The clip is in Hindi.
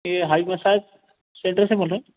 यह हाई मसाज क्षेत्र से बोल रहे